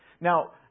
Now